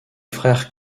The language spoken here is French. frère